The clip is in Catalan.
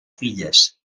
filles